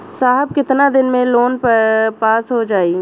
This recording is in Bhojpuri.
साहब कितना दिन में लोन पास हो जाई?